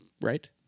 Right